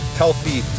healthy